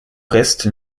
reste